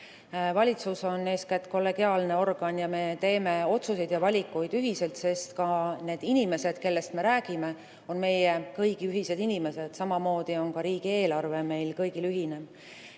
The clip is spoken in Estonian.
Valitsus on eeskätt kollegiaalne organ ning me teeme otsuseid ja valikuid ühiselt, sest ka inimesed, kellest me räägime, on meie kõigi ühised inimesed. Samamoodi on riigieelarve meil kõigil ühine.